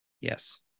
yes